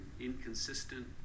inconsistent